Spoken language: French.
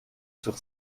sur